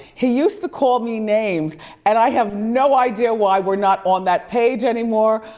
he used to call me names and i have no idea why we're not on that page anymore,